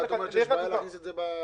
למה אי אפשר להכניס את זה לחוק?